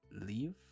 Leave